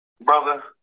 brother